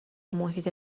محیط